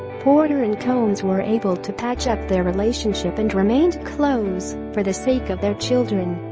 porter and combs were able to patch up their relationship and remained close for the sake of their children